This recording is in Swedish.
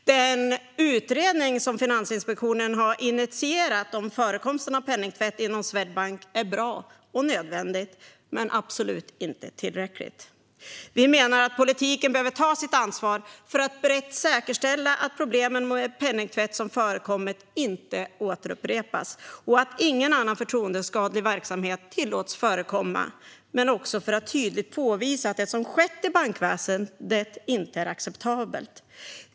Den utredning som Finansinspektionen initierat om förekomst av penningtvätt inom Swedbank är bra och nödvändig men absolut inte tillräcklig. Vi menar att politiken behöver ta sitt ansvar för att brett säkerställa att de problem med penningtvätt som förekommit inte upprepas och att ingen annan förtroendeskadlig verksamhet tillåts förekomma men också för att tydligt markera att det som skett i bankväsendet inte är acceptabelt.